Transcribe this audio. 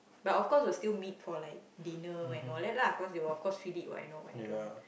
but of course will still meet for like dinner and all that lah cause they of course feed it what I know what I don't